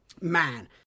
Man